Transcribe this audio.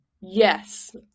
yes